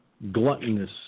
Gluttonous